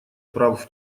прав